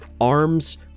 arms